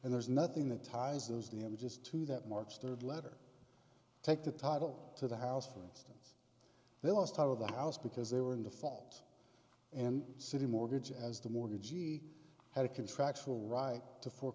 and there's nothing that ties those damages to that march third letter take the title to the house for instance the last time of the house because they were in the fault and citi mortgage as the mortgage she had a contractual right to